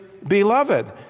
Beloved